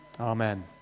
Amen